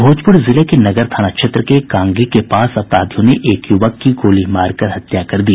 भोजपूर जिले के नगर थाना क्षेत्र के गांगी के पास अपराधियों ने एक य्वक की गोली मारकर हत्या कर दी